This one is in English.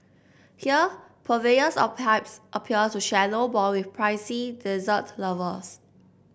here purveyors of pipes appear to share no bond with prissy dessert lovers